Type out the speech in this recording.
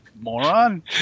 moron